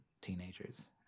teenagers